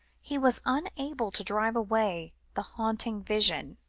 he was unable to drive away the haunting vision.